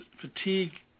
fatigue